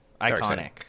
iconic